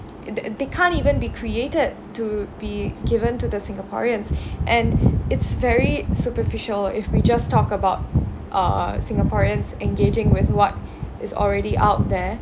th~ they can't even be created to be given to the singaporeans and it's very superficial if we just talk about uh singaporeans engaging with what is already out there